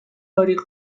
تاریخ